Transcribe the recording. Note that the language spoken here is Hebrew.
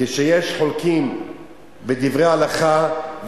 כשיש חולקים בדברי הלכה,